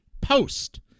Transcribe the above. post